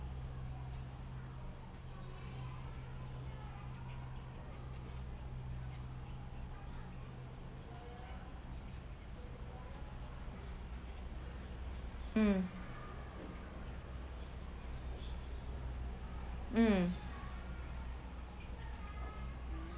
um um